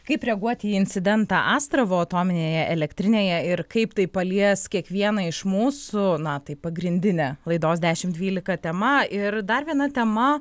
kaip reaguot į incidentą astravo atominėje elektrinėje ir kaip tai palies kiekvieną iš mūsų na tai pagrindinė laidos dešim dvylika tema ir dar viena tema